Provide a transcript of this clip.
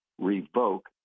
Revoke